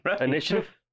Initiative